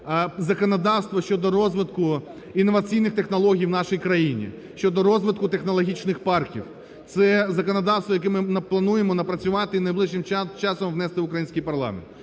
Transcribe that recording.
законодавство щодо розвитку інноваційних технологій в нашій країні, щодо розвитку технологічних парків. Це – законодавство, яке ми плануємо напрацювати і найближчим часом внести в український парламент.